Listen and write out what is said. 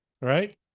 Right